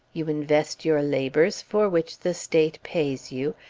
you invest your labours, for which the state pays you,